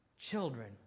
children